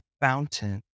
fountain